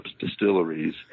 distilleries